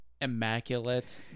immaculate